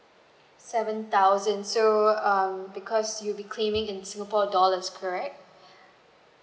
seven thousand so um because you'll be claiming in singapore dollars correct